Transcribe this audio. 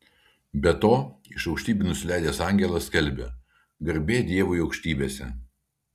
be to iš aukštybių nusileidęs angelas skelbia garbė dievui aukštybėse